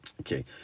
Okay